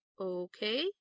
Okay